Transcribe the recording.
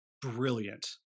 Brilliant